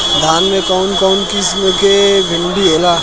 धान में कउन कउन किस्म के डिभी होला?